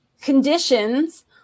conditions